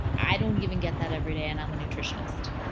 i don't even get that every day and i'm a nutritionist.